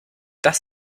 das